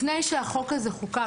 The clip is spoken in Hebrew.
לפני שהחוק הזה חוקק.